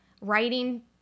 writing